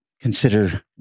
consider